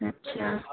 अच्छा